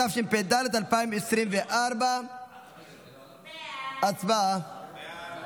התשפ"ד 2024. הצבעה.